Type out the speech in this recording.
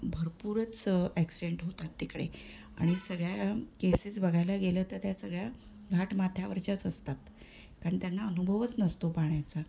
भरपूरच ॲक्सिडेंट होतात तिकडे आणि सगळ्या केसेस बघायला गेलं तर त्या सगळ्या घाटमाथ्यावरच्याच असतात कारण त्यांना अनुभवच नसतो पाण्याचा